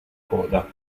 coda